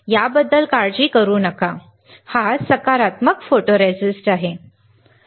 याबद्दल काळजी करू नका सकारात्मक फोटोरिस्टिस्ट ठीक आहे